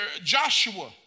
Joshua